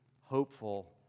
hopeful